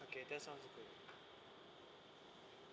okay that sounds good